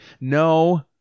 No